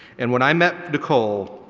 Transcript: and when i met nicole,